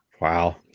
Wow